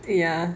ya